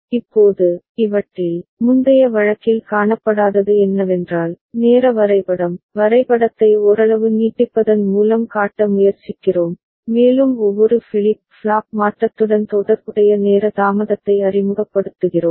இப்போது இவற்றில் முந்தைய வழக்கில் காணப்படாதது என்னவென்றால் நேர வரைபடம் வரைபடத்தை ஓரளவு நீட்டிப்பதன் மூலம் காட்ட முயற்சிக்கிறோம் மேலும் ஒவ்வொரு ஃபிளிப் ஃப்ளாப் மாற்றத்துடன் தொடர்புடைய நேர தாமதத்தை அறிமுகப்படுத்துகிறோம்